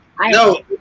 no